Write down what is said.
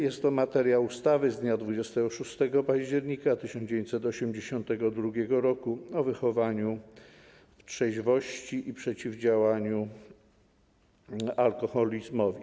Jest to materia ustawy z dnia 26 października 1982 r. o wychowaniu w trzeźwości i przeciwdziałaniu alkoholizmowi.